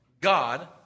God